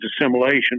assimilation